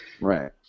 Right